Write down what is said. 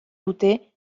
dute